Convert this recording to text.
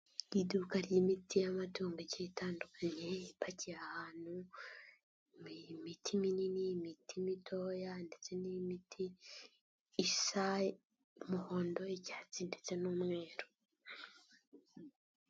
Iduka ry'imiti y'amatungo igiye itandukanye, ipakiye ahantu, imiti minini, imitima mitoya ndetse n'imiti isa umuhondo, icyatsi ndetse n'umweru.